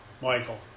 Michael